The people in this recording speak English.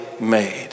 made